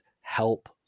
help